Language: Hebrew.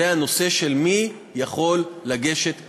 זה הנושא של מי יכול לגשת למכרז,